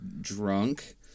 drunk